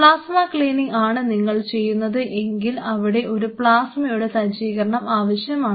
plasma cleaning ആണ് നിങ്ങൾ ചെയ്യുന്നത് എങ്കിൽ അവിടെ ഒരു പ്ലാസ്മയുടെ സജ്ജീകരണം ആവശ്യമാണ്